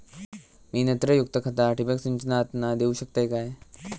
मी नत्रयुक्त खता ठिबक सिंचनातना देऊ शकतय काय?